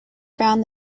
found